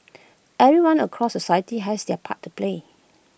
everyone across society has their part to play